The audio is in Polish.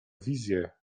wizje